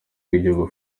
bw’igihugu